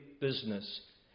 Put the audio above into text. business